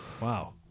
Wow